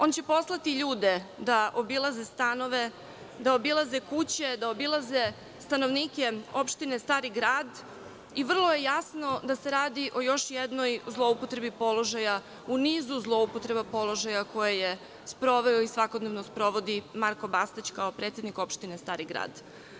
On će poslati ljude da obilaze stanove, da obilaze kuće, da obilaze stanovnike opštine Stari Grad i vrlo je jasno da se radi o još jednoj zloupotrebi položaja u nizu zloupotreba položaja koje je sproveo i svakodnevno sprovodi Marko Bastać, kao predsednik opštine Stari Grad.